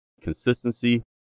consistency